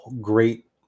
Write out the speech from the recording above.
great